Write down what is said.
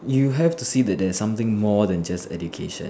you have to see that there's something more than just education